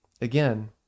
again